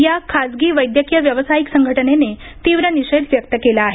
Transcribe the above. या खासगी वैद्यकीय व्यावसायिक संघटनेने तीव्र निषेध व्यक्त केला आहे